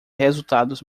resultados